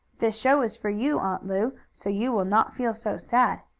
the show is for you, aunt lu. so you will not feel so sad.